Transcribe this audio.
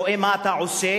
רואה מה אתה עושה,